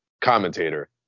commentator